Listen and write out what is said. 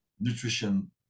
nutrition